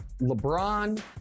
LeBron